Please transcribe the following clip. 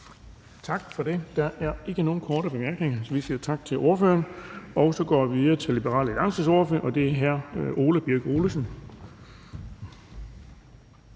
Tak for det. Der er ikke nogen korte bemærkninger, så vi siger tak til ordføreren. Og så går vi videre til Liberal Alliances ordfører, og det er hr. Ole Birk Olesen.